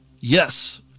Yes